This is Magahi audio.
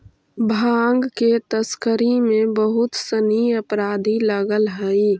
भाँग के तस्करी में बहुत सनि अपराधी लगल हइ